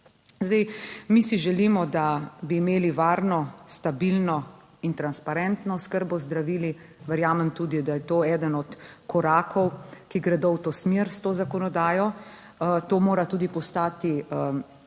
Mi si želimo, da bi imeli varno, stabilno in transparentno oskrbo z zdravili. Verjamem tudi, da je to eden od korakov, ki gredo v to smer s to zakonodajo. To mora tudi postati ena